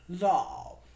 love